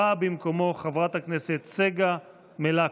באה במקומו חברת הכנסת צגה מלקו.